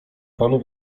panu